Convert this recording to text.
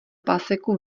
paseku